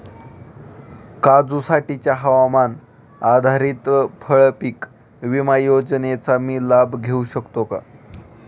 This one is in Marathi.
काजूसाठीच्या हवामान आधारित फळपीक विमा योजनेचा मी लाभ घेऊ शकतो का?